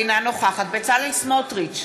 אינה נוכחת בצלאל סמוטריץ,